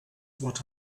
what